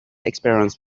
experience